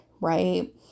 right